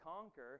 conquer